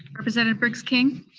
representative briggs king?